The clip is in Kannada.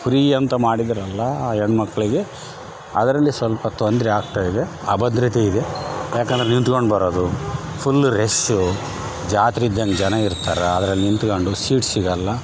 ಫ್ರೀ ಅಂತ ಮಾಡಿದ್ರಲ್ಲಾ ಹೆಣ್ಮಕ್ಕಳಿಗೆ ಅದರಲ್ಲಿ ಸ್ವಲ್ಪ ತೊಂದರೆ ಆಗ್ತಾ ಇದೆ ಅಭದ್ರತೆ ಇದೆ ಯಾಕಂದರೆ ನಿಂತ್ಕೊಂಡು ಬರೋದು ಫುಲ್ ರೇಶ್ಶು ಜಾತ್ರೆ ಜನ ಜನ ಇರ್ತಾರೆ ಅದ್ರಲ್ಲಿ ನಿಂತ್ಗಂಡು ಸೀಟ್ ಸಿಗಲ್ಲ